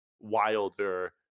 wilder